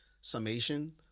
summation